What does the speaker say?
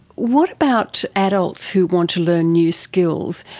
what about adults who wants to learn new skills?